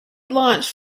launched